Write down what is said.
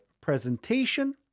presentation